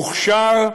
מוכשר,